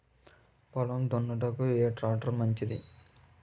పొలం దున్నుటకు ఏ ట్రాక్టర్ మంచిది?